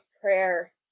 prayer